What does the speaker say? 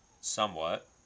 somewhat